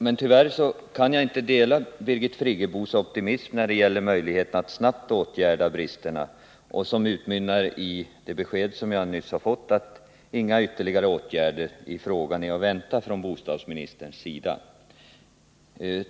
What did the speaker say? Men tyvärr kan jag inte dela Birgit Friggebos optimism när det gäller möjligheten att snabbt åtgärda bristerna — den optimism som utmynnar i beskedet att inga ytterligare åtgärder i frågan är att vänta från bostadsministerns sida.